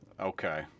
Okay